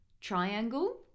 triangle